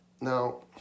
Now